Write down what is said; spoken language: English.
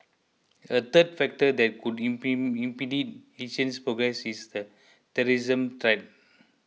a third factor that could impede Asia's progress is the terrorism threat